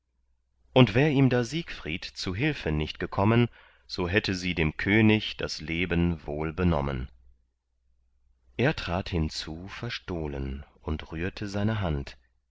und wär ihm da siegfried zu hilfe nicht gekommen so hätte sie dem könig das leben wohl benommen er trat hinzu verstohlen und rührte seine hand